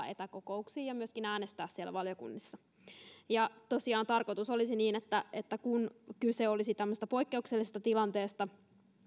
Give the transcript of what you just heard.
etäkokouksiin ja myöskin äänestäminen siellä valiokunnissa tosiaan tarkoitus olisi että että kun kyse on tämmöisestä poikkeuksellisesta tilanteesta